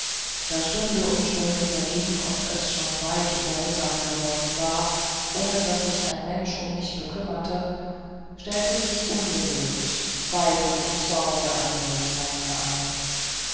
da stunde um stunde verging und es schon weit über mittag geworden war ohne daß sich ein mensch um mich bekümmerte stellten sich ungeduld zweifel und sorge allmählich bei mir ein